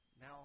Now